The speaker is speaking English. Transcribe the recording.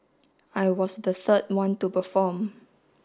I was the third one to perform